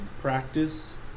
practice